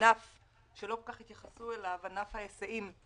ענף שלא כל כך התייחסו אליו, ענף ההיסעים,